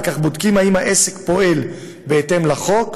וכך בודקים אם העסק פועל בהתאם לחוק,